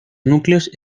núcleos